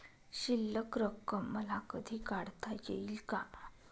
शिल्लक रक्कम मला कधी काढता येईल का?